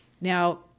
Now